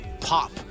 pop